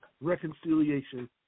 reconciliation